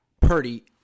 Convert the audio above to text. Purdy